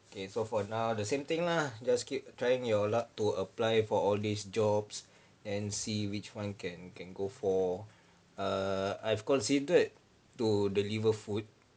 okay so for now the same thing lah just keep trying your luck to apply for all these jobs and see which one can can go for err I've considered to deliver food